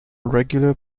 regular